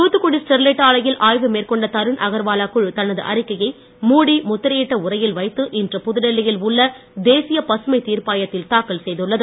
Thoothukudi Sterlite ஆலையில் ஆய்வு மேற்கொண்ட தருண் அகர்வாலா குழு தனது அறிக்கையை மூடி முத்திரையிட்ட உறையில் வைத்து இன்று புதுடில்லி யில் உள்ள தேசிய பசுமை தீர்ப்பாயத்தில் தாக்கல் செய்துள்ளது